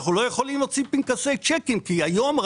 אנחנו לא יכולים להוציא פנקסי צ'קים כי היום,